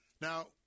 Now